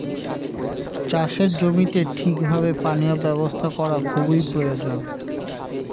চাষের জমিতে ঠিক ভাবে পানীয় ব্যবস্থা করা খুবই প্রয়োজন